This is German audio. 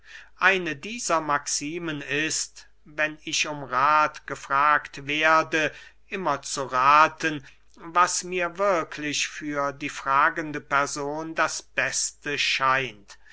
eine dieser maximen ist wenn ich um rath gefragt werde immer zu rathen was mir wirklich für die fragende person das beste scheint